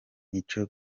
niko